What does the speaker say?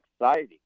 exciting